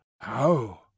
How